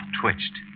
twitched